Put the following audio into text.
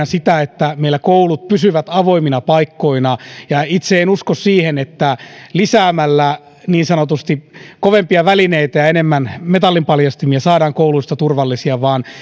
sitä että meillä koulut pysyvät avoimina paikkoina itse en usko siihen että lisäämällä niin sanotusti kovempia välineitä ja enemmän metallinpaljastimia saadaan kouluista turvallisia vaan